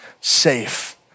safe